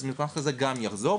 אז מקרה כזה גם יחזור.